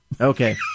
Okay